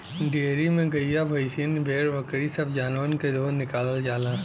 dairy में गइया भईंसिया भेड़ बकरी सब जानवर के दूध निकालल जाला